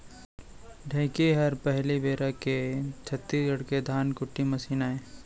ढेंकी हर पहिली बेरा के छत्तीसगढ़ के धनकुट्टी मसीन आय